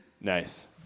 Nice